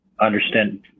Understand